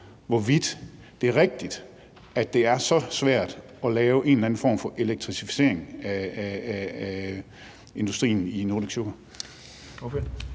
hvorvidt det er rigtigt, at det er så svært at lave en eller anden form for elektrificering af industrien i Nordic Sugar?